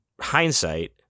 hindsight